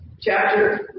chapter